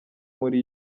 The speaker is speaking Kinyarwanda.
muri